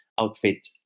outfit